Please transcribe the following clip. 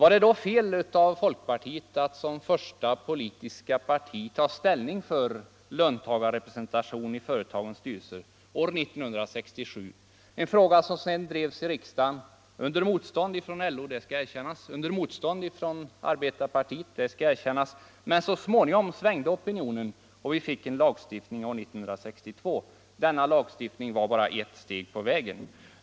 Var det då fel av folkpartiet att år 1967 som första politiska parti ta ställning för löntagarrepresentation i företagens styrelser, en fråga som sedan drevs i riksdagen under motstånd från LO — det skall erkännas — under motstånd från socialdemokraterna; det skall också erkännas. Liberalerna drev debatten och så småningom svängde opinionen, och vi 83 fick en lagstiftning 1972. Denna lagstiftning var bara ett steg på vägen.